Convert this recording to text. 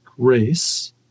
grace